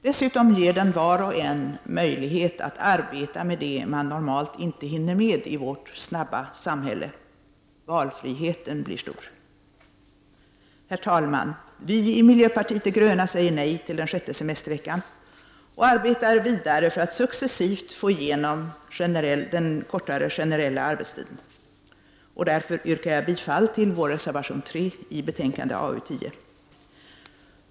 Dessutom ger den var och en möjlighet att arbeta med det man normalt inte hinner med i vårt ”snabba” samhälle. Valfriheten blir stor. Herr talman! Vi i miljöpartiet de gröna säger nej till den sjätte semesterveckan och arbetar vidare för att successivt få igenom kortare generell arbetstid. Därför yrkar jag bifall till vår reservation 3 i betänkande AU10.